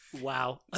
Wow